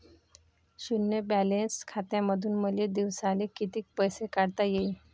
शुन्य बॅलन्स खात्यामंधून मले दिवसाले कितीक पैसे काढता येईन?